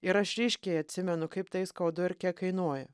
ir aš ryškiai atsimenu kaip tai skaudu ir kiek kainuoja